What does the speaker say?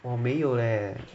我没有 leh